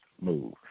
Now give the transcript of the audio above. move